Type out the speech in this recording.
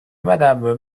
madame